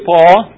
Paul